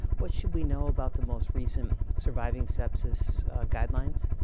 what should we know about the most recent surviving sepsis guidelines?